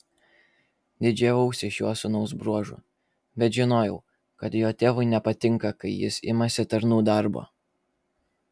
didžiavausi šiuo sūnaus bruožu bet žinojau kad jo tėvui nepatinka kai jis imasi tarnų darbo